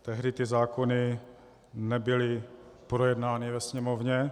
Tehdy ty zákony nebyly projednány ve Sněmovně.